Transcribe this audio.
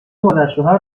مادرشوهر